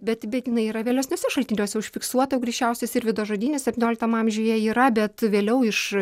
bet bet jinai yra vėlesniuose šaltiniuose užfiksuota jau greičiausiai sirvydo žodyne septynioliktame amžiuje yra bet vėliau iš